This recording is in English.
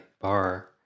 bar